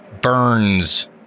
burns